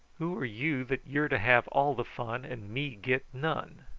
who are you that you're to have all the fun and me get none!